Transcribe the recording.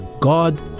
God